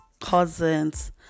cousins